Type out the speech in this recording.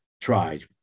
tried